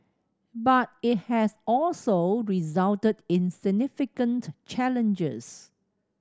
but it has also resulted in significant challenges